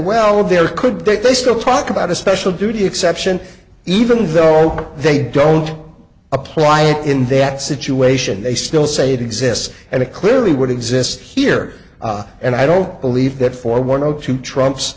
well there could they still talk about a special duty exception even though they don't apply it in that situation they still say it exists and it clearly would exist here and i don't believe that for one or two trumps